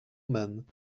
men